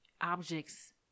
objects